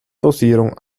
dosierung